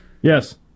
Yes